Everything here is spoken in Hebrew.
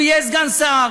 הוא יהיה סגן שר,